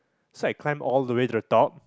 so I climbed all the way to the top